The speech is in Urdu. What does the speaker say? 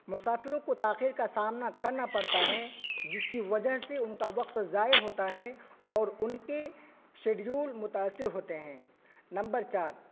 مسافروں کو تاخیر کا سامنا کرنا پڑتا ہے جس کی وجہ سے ان کا وقت ضائع ہوتا ہے اور ان کے شیڈیول متأثر ہوتے ہیں نمبر چار